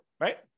right